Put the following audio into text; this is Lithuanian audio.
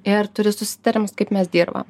ir turi susitarimus kaip mes dirbam